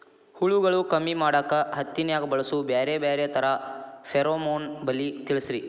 ಹುಳುಗಳು ಕಮ್ಮಿ ಮಾಡಾಕ ಹತ್ತಿನ್ಯಾಗ ಬಳಸು ಬ್ಯಾರೆ ಬ್ಯಾರೆ ತರಾ ಫೆರೋಮೋನ್ ಬಲಿ ತಿಳಸ್ರಿ